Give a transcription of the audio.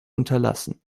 unterlassen